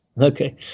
Okay